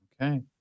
Okay